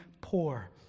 poor